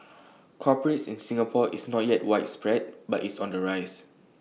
corporate in Singapore is not yet widespread but it's on the rise